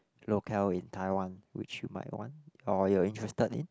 locale in Taiwan which you might want or you're interested in